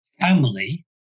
family